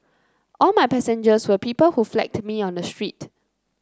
all my passengers were people who flagged me on the street